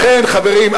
חברים,